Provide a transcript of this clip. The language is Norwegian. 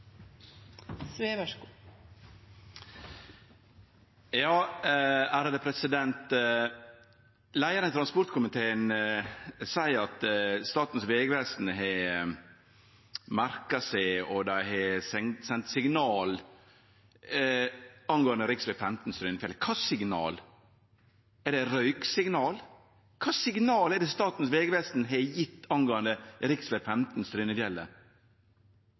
Leiaren i transportkomiteen seier at Statens vegvesen har merka seg og sendt signal angåande rv. 15 Strynefjellet. Kva slags signal? Er det røyksignal? Kva signal er det Statens vegvesen har gjeve angåande rv. 15